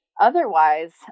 otherwise